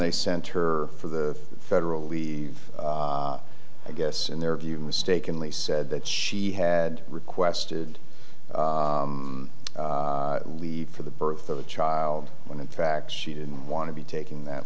they sent her for the federal leave i guess in their view mistakenly said that she had requested leave for the birth of a child when in fact she didn't want to be taking that